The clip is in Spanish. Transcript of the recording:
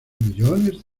millones